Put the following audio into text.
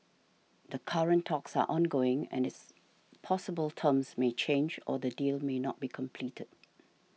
the current talks are ongoing and it's possible terms may change or the deal may not be completed